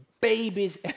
babies